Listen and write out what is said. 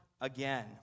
again